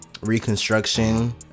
reconstruction